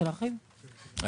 בקדנציה הקודמת